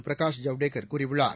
பிரகாஷ் ஜவ்டேகர் கூறியுள்ளார்